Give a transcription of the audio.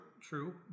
true